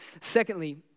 Secondly